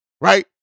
right